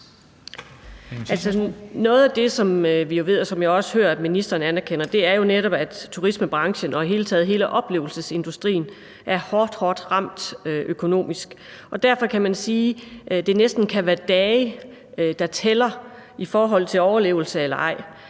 som vi ved, og som jeg også hører at ministeren anerkender, er jo netop, at turismebranchen og i det hele taget hele oplevelsesindustrien er hårdt, hårdt ramt økonomisk. Derfor kan man sige, at det næsten kan være dage, der tæller i forhold til overlevelse eller ej.